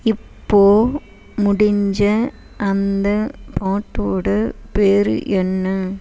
இப்போது முடிஞ்ச அந்த பாட்டோட பேர் என்ன